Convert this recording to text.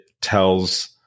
tells